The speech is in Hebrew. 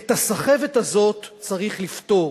ואת הסחבת הזאת צריך לפתור,